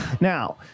Now